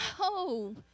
no